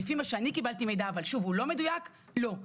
לפי המידע שאני קיבלתי אבל שוב, הוא לא מדויק, לא.